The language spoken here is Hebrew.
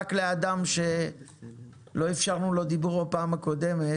רק לאדם שלא איפשרנו לו דיבור בפעם הקודמת